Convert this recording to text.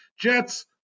Jets